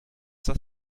das